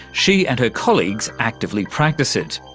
she and her colleagues actively practice it.